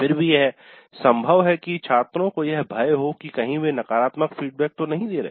फिर भी यह संभव है कि छात्रों को यह भय हो कि कहीं वे नकारात्मक फीडबैक तो नहीं दे रहे हैं